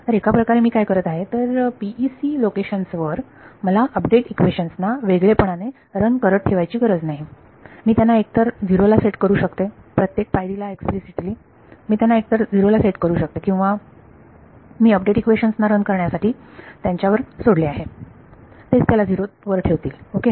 तर एका प्रकारे मी काय करत आहे तर PEC लोकेशन्स वर मला अपडेट इक्वेशन्स ना वेगळेपणाने रन करत ठेवायची गरज नाही मी त्यांना एकतर 0 ला सेट करू शकते प्रत्येक पायरीला एक्स्प्लिसिटली मी त्यांना एकतर 0 ला सेट करू शकते किंवा मी अपडेट इक्वेशन्स ना रन करण्यासाठी त्यांच्यावरच सोडले आहे तेच त्याला 0 वर ठेवतील ओके